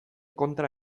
kontra